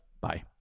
Bye